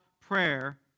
prayer